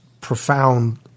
profound